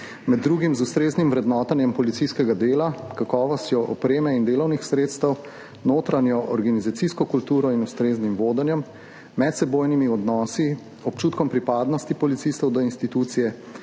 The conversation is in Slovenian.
med drugim z ustreznim vrednotenjem policijskega dela, kakovostjo opreme in delovnih sredstev, notranjo organizacijsko kulturo in ustreznim vodenjem, medsebojnimi odnosi, občutkom pripadnosti policistov do institucije,